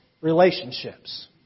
relationships